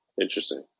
Interesting